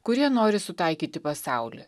kurie nori sutaikyti pasaulį